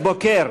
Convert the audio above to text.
בוקר,